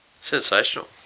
Sensational